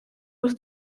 was